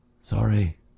Sorry